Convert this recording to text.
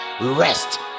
rest